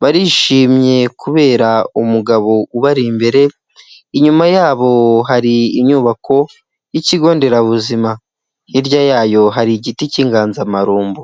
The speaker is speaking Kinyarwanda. barishimye kubera umugabo ubari imbere, inyuma yabo hari inyubako y'ikigonderabuzima, hirya yayo hari igiti cy'inganzamarumbo.